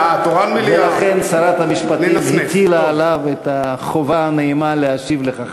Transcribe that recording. ולכן שרת המשפטים הטילה עליו את החובה הנעימה להשיב לך,